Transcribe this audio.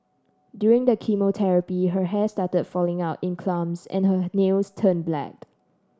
during the chemotherapy her hair started falling out in clumps and her nails turned black